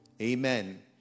Amen